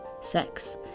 sex